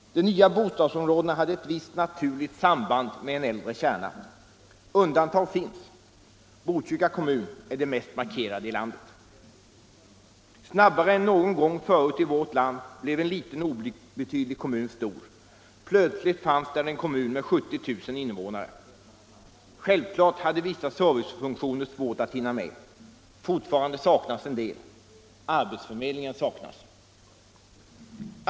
De nya bostadsområdena hade ett visst naturligt samband med en äldre kärna. Undantag finns. Botkyrka kommun är det mest markerade i landet. Snabbare än någon gång förut i vårt land blev en liten obetydlig kommun stor. Plötsligt fanns där en kommun med 70 000 innevånare. Självfallet hade vissa servicefunktioner svårt att hinna med. Fortfarande saknas en del. Arbetsförmedling saknas.